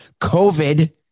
COVID